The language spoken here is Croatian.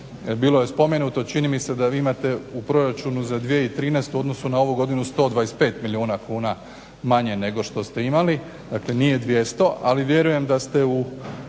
bilo je spomenuto čini mi se da vi imate u proračunu za 2013. u odnosu na ovu godinu 125 milijuna kuna manje nego što ste imali, dakle nije 200, ali vjerujem da ste u